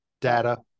Data